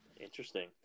Interesting